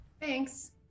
Thanks